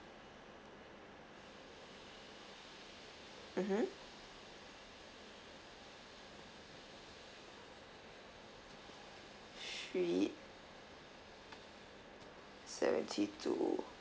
mmhmm street seventy two